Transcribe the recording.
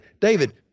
David